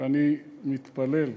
ואני מתפלל,